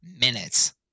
minutes